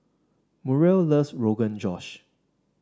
Muriel loves Rogan Josh